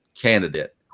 candidate